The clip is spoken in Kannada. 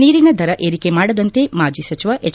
ನೀರಿನ ದರ ಏರಿಕೆ ಮಾಡದಂತೆ ಮಾಜಿ ಸಚಿವ ಎಚ್